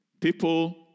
People